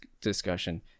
discussion